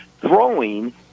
throwing